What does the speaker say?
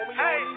hey